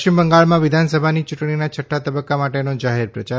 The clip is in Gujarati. પશ્ચિમ બંગાળમાં વિધાનસભાની ચૂંટણીના છઠ્ઠા તબક્કા માટેનો જાહેર પ્રચાર